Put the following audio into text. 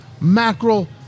mackerel